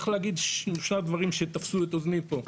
וצריך להגיד שלושה דברים שתפסו את אוזני פה.